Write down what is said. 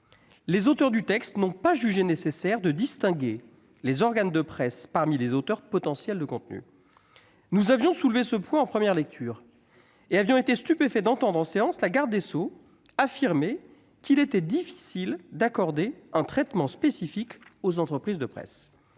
Les auteurs du texte n'ont pas jugé nécessaire de distinguer les organes de presse parmi les auteurs potentiels de contenus. Nous avions soulevé ce point en première lecture et avions été stupéfaits d'entendre en séance la garde des sceaux affirmer qu'il était difficile d'accorder un traitement spécifique aux entreprises de presse.